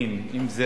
אם זה רע,